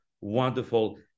wonderful